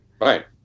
Right